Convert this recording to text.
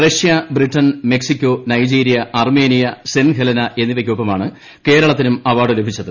Russia Britain Mexico Nigeria Armenia Saint Helena എന്നിവയ്ക്കൊപ്പമാണ് കേരളത്തിനും award ലഭിച്ചത്